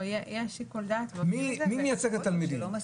מי מייצג את התלמידים?